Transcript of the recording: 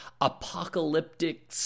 apocalyptic